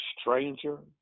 stranger